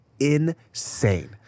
insane